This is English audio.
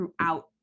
throughout